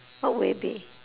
what would it be